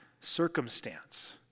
circumstance